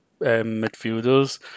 midfielders